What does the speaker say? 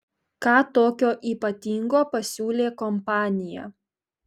ką tokio ypatingo pasiūlė kompanija